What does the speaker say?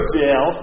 jail